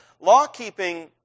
law-keeping